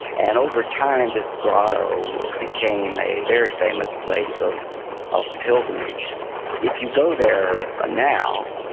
and over time, this grotto became a very famous place of of pilgrimage if you go there ah now,